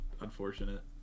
unfortunate